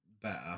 better